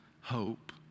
hope